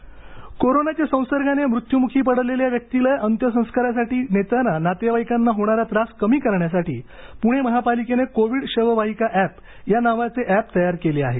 शववाहिका कोरोनाच्या संसर्गाने मृत्युमुखी पडलेल्या व्यक्तीला अंत्यसंस्कारासाठी नेताना नातेवाइकांना होणारा त्रास कमी करण्यासाठी पुणे महापालिकेने कोविड शववाहिका एप या नावाचे एप तयार केले आहे